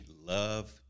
love